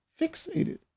fixated